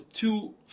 two